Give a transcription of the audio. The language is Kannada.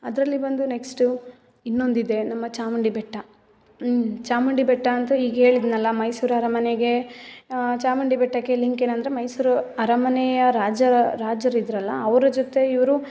ಅದರಲ್ಲಿ ಬಂದು ನೆಕ್ಸ್ಟು ಇನ್ನೊಂದಿದೆ ನಮ್ಮ ಚಾಮುಂಡಿ ಬೆಟ್ಟ ಚಾಮುಂಡಿ ಬೆಟ್ಟ ಅಂತೂ ಈಗ ಹೇಳ್ದ್ನಲ್ಲ ಮೈಸೂರು ಅರಮನೆಗೆ ಚಾಮುಂಡಿ ಬೆಟ್ಟಕ್ಕೆ ಲಿಂಕ್ ಏನಂದರೆ ಮೈಸೂರು ಅರಮನೆಯ ರಾಜ ರಾಜರಿದ್ದರಲ್ಲ ಅವರ ಜೊತೆ ಇವರು